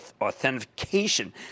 authentication